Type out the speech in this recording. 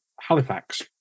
Halifax